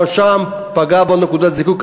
גם שם הוא פגע קשה בנקודת הזיכוי.